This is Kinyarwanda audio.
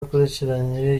akurikiranye